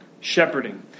Shepherding